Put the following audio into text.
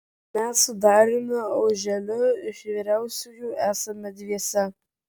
mes su dariumi auželiu iš vyriausiųjų esame dviese